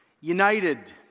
United